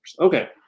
Okay